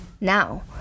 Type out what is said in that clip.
now